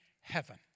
heaven